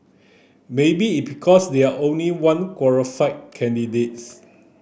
maybe it because there are only one qualified candidates